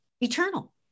eternal